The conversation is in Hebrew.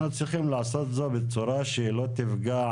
אנחנו צריכים לעשות זאת בצורה שלא תפגע